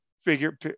figure